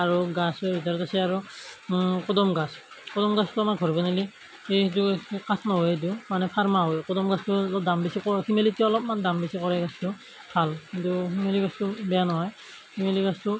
আৰু গাছ ইডাল গছেই আৰু কদম গাছ কদম গছটো আমাৰ ঘৰ বনালে সেইটো কাঠ মাৰো এইটো মানে ফাৰ্মা হয় কদম গছটো দাম বেছি কৰ শিমেলুতকে অলপমান দাম বেছি পৰে গছটো ভাল কিন্তু শিমেলু গছটো বেয়া নহয় শিমেলু গছটো